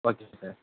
okay sir